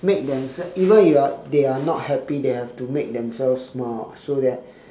make themselves even if you are they are not happy they have to make themselves smile [what] so that